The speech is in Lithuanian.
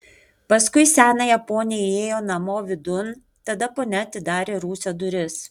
paskui senąją ponią įėjo namo vidun tada ponia atidarė rūsio duris